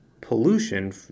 pollution